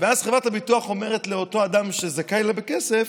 ואז חברת הביטוח אומרת לאותו אדם שזכאי לכסף: